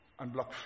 unblock